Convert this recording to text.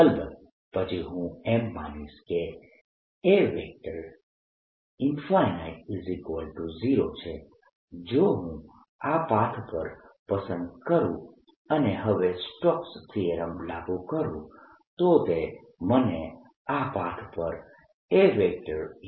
અલબત્ત પછી હું એમ માનીશ કે A0 છે જો હું આ પાથ પર પસંદ કરું અને હવે સ્ટોક્સ થીયરમ લાગુ કરું તો તે મને આ પાથ પર A